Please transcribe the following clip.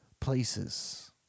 places